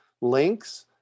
links